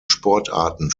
sportarten